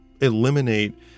eliminate